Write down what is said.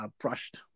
brushed